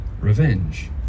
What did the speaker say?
revenge